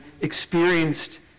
experienced